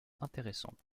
intéressante